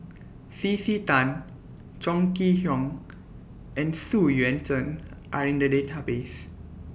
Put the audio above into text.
C C Tan Chong Kee Hiong and Xu Yuan Zhen Are in The Database